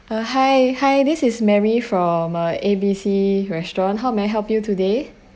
uh hi hi this is mary from uh a a b c restaurant how may I help you today